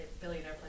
Billionaire